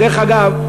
ודרך אגב,